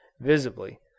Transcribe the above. visibly